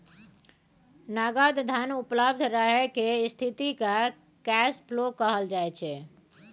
नगद धन उपलब्ध रहय केर स्थिति केँ कैश फ्लो कहल जाइ छै